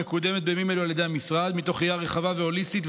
מקודמת בימים אלה על ידי המשרד מתוך ראייה רחבה והוליסטית,